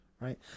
right